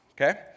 Okay